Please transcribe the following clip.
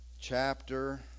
chapter